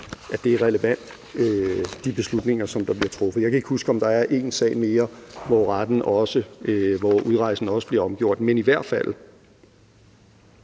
i forbindelse med de beslutninger, der bliver truffet. Jeg kan ikke huske, om der er en sag mere, hvor udrejsen også bliver omgjort. Men i hvert fald